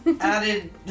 added